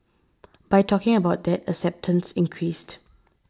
by talking about that acceptance increased